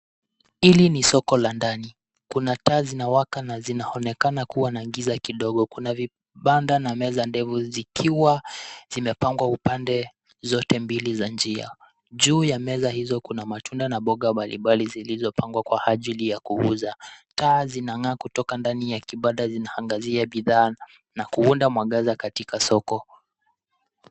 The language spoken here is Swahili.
Hili ni soko la ndani. Kuna taa zinawaka na kunaonekana kuwa na giza ndogo. Kuna vibanda na meza ndefu zikiwa zimepangwa upande zote mbili ya njia. Juu ya meza hizo kuna matunda na maboga mbali mbali zilizopangwa kwa ajili ya kuuza. Taa zinang'aa kutoka ndani ya kibanda, zinaangazia bidhaa na kuunda mwangaza katika soko.